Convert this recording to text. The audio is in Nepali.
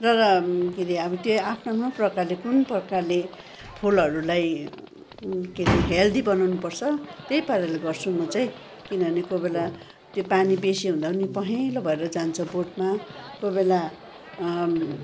र के अरे अब त्यो आफ्नो आफ्नो प्रकारले कुन प्रकारले फुलहरूलाई के रे हेल्दी बनाउनु पर्छ त्यही पाराले गर्छु म चाहिँ किनभने कोही बेला त्यो पानी बेसी हुँदा पनि पहेँलो भएर जान्छ बोटमा कोही बेला